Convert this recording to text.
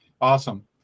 Awesome